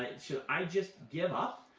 should i just give up?